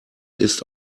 ist